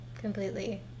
completely